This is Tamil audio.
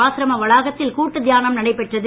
ஆசிரம வளாகத்தில் கூட்டு தியானம் நடைபெற்றது